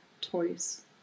toys